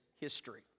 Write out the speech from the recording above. history